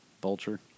Vulture